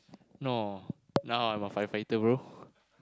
no now I'm a firefighter bro